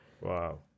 Wow